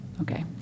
Okay